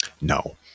no